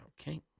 okay